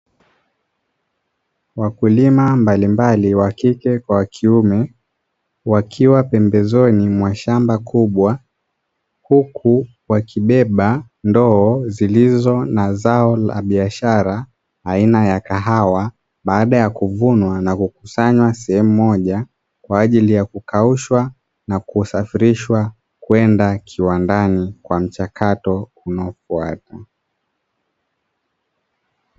Wakulima mbalimbali (wa kike kwa kiume) wakiwa pembezoni mwa shamba kubwa, huku wakibeba ndoo zilizo na zao la biashara aina ya kahawa baada ya kuvunwa na kukusanywa sehemu moja kwa ajili ya kukaushwa na kusafirishwa kwenda kiwandani kwa mchakato unaofuata.